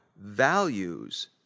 Values